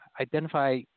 identify